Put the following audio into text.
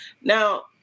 Now